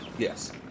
Yes